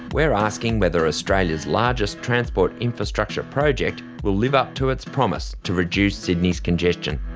we're asking whether australia's largest transport infrastructure project will live up to its promise to reduce sydney's congestion.